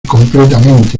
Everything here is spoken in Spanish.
completamente